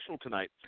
tonight